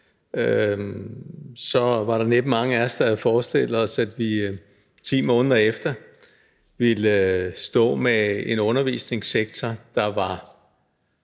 var der næppe mange af os, der havde forestillet os, at vi 10 måneder efter ville stå med en undervisningssektor, der var